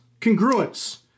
congruence